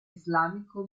islamico